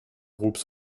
groupes